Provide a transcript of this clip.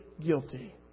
guilty